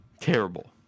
terrible